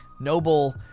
noble